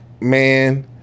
man